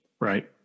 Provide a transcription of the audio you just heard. right